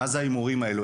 ומה זה ההימורים האלה,